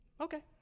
Okay